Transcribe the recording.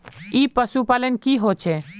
ई पशुपालन की होचे?